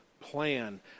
plan